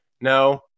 no